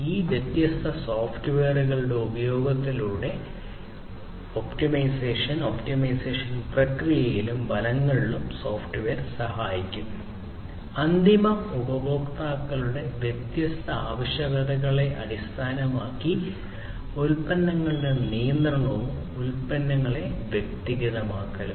ഈ വ്യത്യസ്ത സോഫ്റ്റ്വെയറുകളുടെ ഉപയോഗത്തിലൂടെ ഈ വിഭവങ്ങളുടെ ഒപ്റ്റിമൈസേഷൻ ഒപ്റ്റിമൈസേഷൻ പ്രക്രിയയിലും ഫലങ്ങളിലും ഈ സോഫ്റ്റ്വെയർ സഹായിക്കും അന്തിമ ഉപയോക്താക്കളുടെ വ്യത്യസ്ത ആവശ്യകതകളെ അടിസ്ഥാനമാക്കി ഉൽപ്പന്നങ്ങളുടെ നിയന്ത്രണവും ഉൽപ്പന്നങ്ങളുടെ വ്യക്തിഗതമാക്കലും